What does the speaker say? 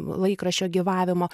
laikraščio gyvavimo